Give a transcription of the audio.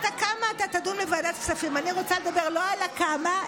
אני שואל אותך: כמה?